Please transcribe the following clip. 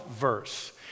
Verse